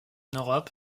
europe